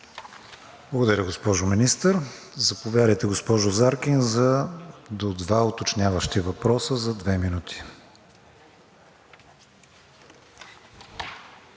Благодаря, госпожо Министър. Заповядайте, госпожо Заркин, за два уточняващи въпроса за две минути.